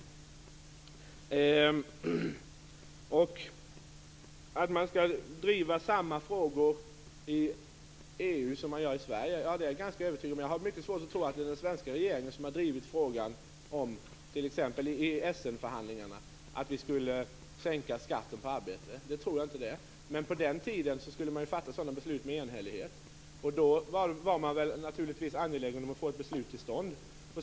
Det frågades om man skall driva samma frågor i EU som man gör i Sverige. Jag har mycket svårt att tro att den svenska regeringen har drivit frågan i t.ex. Det tror jag inte. Men på den tiden skulle sådana beslut fattas med enhällighet, och man var naturligtvis angelägen om att få ett beslut till stånd.